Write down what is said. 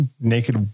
naked